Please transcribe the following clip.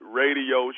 radio